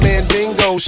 Mandingo